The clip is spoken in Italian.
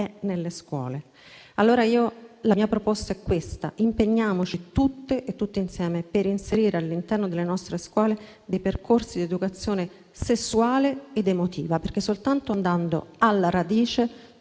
nelle scuole. La mia proposta è quindi la seguente: impegniamoci tutte e tutti insieme per inserire all'interno delle nostre scuole dei percorsi di educazione sessuale ed emotiva. Soltanto andando alla radice